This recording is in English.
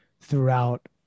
throughout